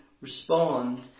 respond